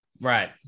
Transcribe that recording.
right